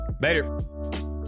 Later